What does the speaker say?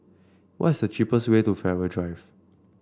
why's the cheapest way to Farrer Drive